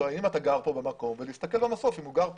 האם הוא גר כאן במקום ולהסתכל במסוף אם הוא גר שם.